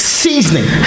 seasoning